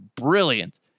brilliant